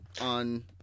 on